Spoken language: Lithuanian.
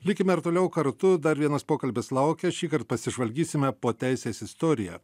likime ir toliau kartu dar vienas pokalbis laukia šįkart pasižvalgysime po teisės istoriją